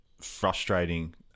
frustrating